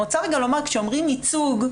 כשאומרים ייצוג,